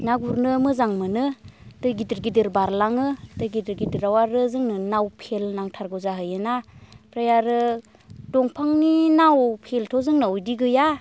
ना गुरनो मोजां मोनो दै गिदिर गिदिर बारलाङो दै दै गिदिर गिदिराव आरो जोंनो नाव फेल नांथारगौ जाहोयोना ओमफ्राय आरो दंफांनि नाव फेलथ' बिदि जोंनाव गैया